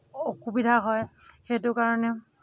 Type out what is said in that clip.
অসুবিধা হয় সেইটো কাৰণে